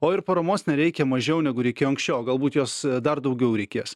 o ir paramos nereikia mažiau negu reikėjo anksčiau o galbūt jos dar daugiau reikės